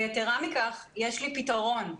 יתרה מכך, יש לי פתרון.